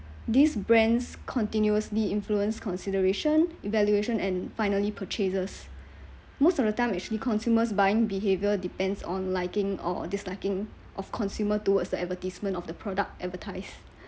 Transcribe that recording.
these brands continuously influence consideration evaluation and finally purchases most of the time actually consumers buying behaviour depends on liking or disliking of consumer towards the advertisement of the product advertise